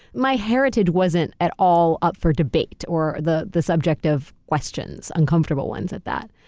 my heritage wasn't at all up for debate or the the subject of questions, uncomfortable ones at that,